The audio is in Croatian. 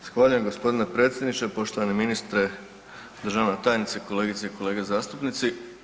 Zahvaljujem g. predsjedniče, poštovani ministre, državna tajnice, kolegice i kolege zastupnici.